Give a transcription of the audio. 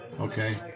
Okay